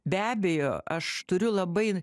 be abejo aš turiu labai